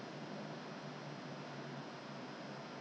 don't know whether mine is still visible or not the you know the